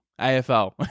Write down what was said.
AFL